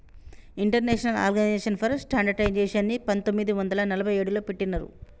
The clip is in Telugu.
ఇంటర్నేషనల్ ఆర్గనైజేషన్ ఫర్ స్టాండర్డయిజేషన్ని పంతొమ్మిది వందల నలభై ఏడులో పెట్టినరు